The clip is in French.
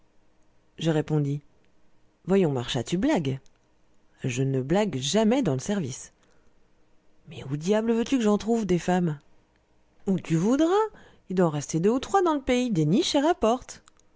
je répondis voyons marchas tu blagues je ne blague jamais dans le service mais où diable veux-tu que j'en trouve des femmes où tu voudras il doit en rester deux ou trois dans le pays déniche et apporte